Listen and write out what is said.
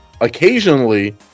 occasionally